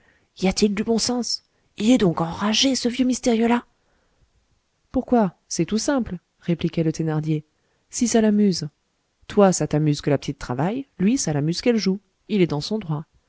y a-t-il du bon sens il est donc enragé ce vieux mystérieux là pourquoi c'est tout simple répliquait le thénardier si ça l'amuse toi ça t'amuse que la petite travaille lui ça l'amuse qu'elle joue il est dans son droit